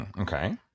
Okay